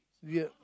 yup